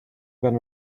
can